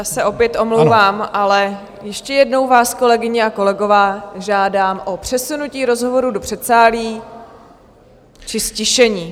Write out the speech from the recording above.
Já se opět omlouvám, ale ještě jednou vás, kolegyně a kolegové, žádám o přesunutí rozhovorů do předsálí či ztišení.